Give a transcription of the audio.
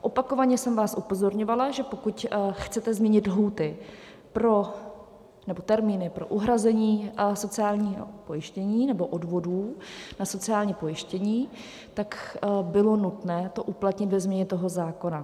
Opakovaně jsem vás upozorňovala, že pokud chcete změnit termíny pro uhrazení sociálního pojištění nebo odvodů na sociální pojištění, bylo nutné to uplatnit ve změně toho zákona.